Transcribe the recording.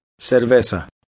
Cerveza